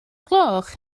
gloch